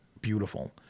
beautiful